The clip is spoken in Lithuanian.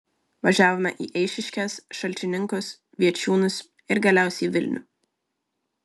važiavome į eišiškės šalčininkus viečiūnus ir galiausiai vilnių